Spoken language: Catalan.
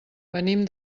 venim